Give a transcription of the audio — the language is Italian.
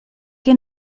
che